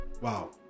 wow